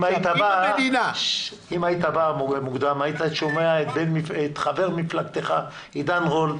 אם היית בא מוקדם היית שומע את חבר מפלגתך עידן רול,